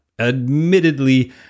admittedly